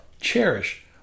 cherish